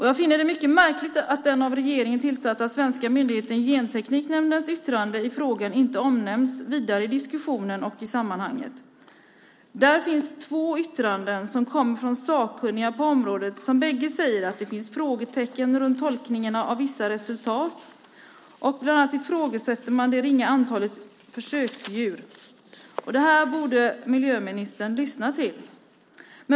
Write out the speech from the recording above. Jag finner det mycket märkligt att den av regeringen tillsatta svenska myndigheten Gentekniknämndens yttrande i frågan inte omnämns vidare i diskussionen och i sammanhanget. Där finns två yttranden som kommer från sakkunniga på området som båda säger att det finns frågetecken runt tolkningen av vissa resultat. Bland annat ifrågasätter man det ringa antalet försöksdjur. Det här borde miljöministern lyssna till.